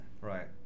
Right